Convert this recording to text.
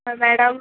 അ madam